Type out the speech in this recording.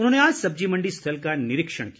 उन्होंने आज सब्जी मंडी स्थल का निरीक्षण किया